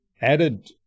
added